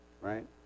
right